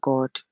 God